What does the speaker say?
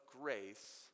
grace